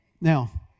now